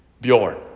Bjorn